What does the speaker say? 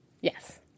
Yes